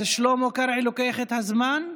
אז שלמה קרעי לוקח את הזמן?